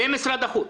ועם משרד החוץ